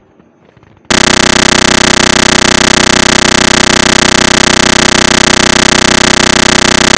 Are company fixed deposit safe?